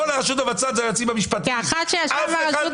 נכון שיש לי גישה אולי שונה